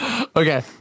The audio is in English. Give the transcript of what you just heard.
okay